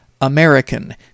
American